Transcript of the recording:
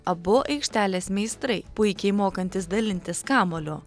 abu aikštelės meistrai puikiai mokantys dalintis kamuoliu